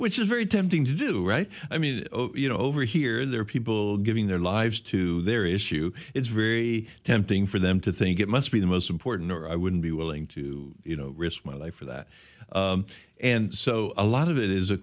which is very tempting to do right i mean you know over here there are people giving their lives to their issue it's very tempting for them to think it must be the most important or i wouldn't be willing to you know risk my life for that and so a lot of it is a